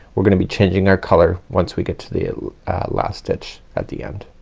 we're gonna be changing our color once we get to the last stitch at the end.